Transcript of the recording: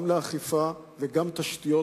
גם לאכיפה וגם לתשתיות,